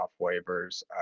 waivers